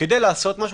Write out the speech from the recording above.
כדי לעשות משהו,